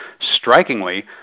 Strikingly